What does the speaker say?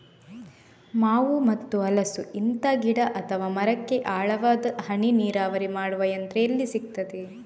ಮಾವು ಮತ್ತು ಹಲಸು, ಇಂತ ಗಿಡ ಅಥವಾ ಮರಕ್ಕೆ ಆಳವಾದ ಹನಿ ನೀರಾವರಿ ಮಾಡುವ ಯಂತ್ರ ಎಲ್ಲಿ ಸಿಕ್ತದೆ?